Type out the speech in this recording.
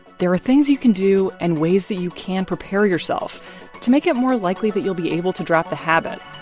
there are things you can do and ways that you can prepare yourself to make it more likely that you'll be able to drop the habit.